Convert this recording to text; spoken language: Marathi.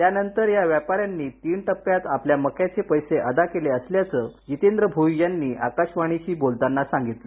त्यानंतर या व्यापाऱ्यानी तीन टप्प्यात आपल्या मक्याचे पैसे अदा केले असल्याचं जितेंद्र भोई यांनी आकाशवाणीशी बोलतांना सांगितलं